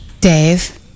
Dave